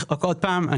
עוד פעם,